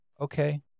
Okay